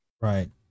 Right